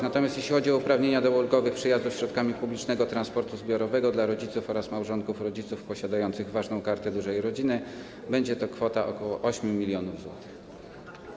Natomiast jeśli chodzi o uprawnienia do ulgowych przejazdów środkami publicznego transportu zbiorowego dla rodziców oraz małżonków rodziców posiadających ważną Kartę Dużej Rodziny, będzie to kwota ok. 8 mln zł.